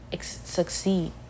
succeed